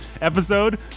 episode